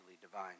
divine